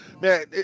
Man